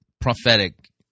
prophetic